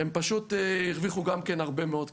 הם פשוט הרוויחו גם כן הרבה מאוד כסף,